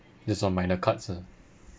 these are minor cuts ah